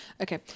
Okay